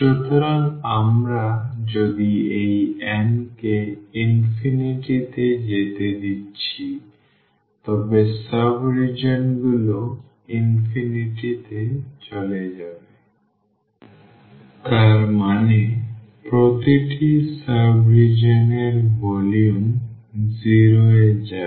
সুতরাং আমরা যদি এই n কে infinity তে যেতে দিচ্ছি তবে সাব রিজিওনগুলি তে চলে যাবে তার মানে প্রতিটি সাব রিজিওন এর ভলিউম 0 এ যাবে